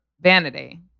vanity